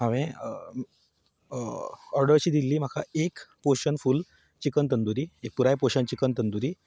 हांवें ऑर्डर अशी दिल्ली म्हाका एक पोशन फूल चिकन तंदुरी एक पुराय पोशन चिकन तंदुरी